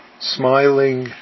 Smiling